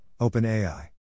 OpenAI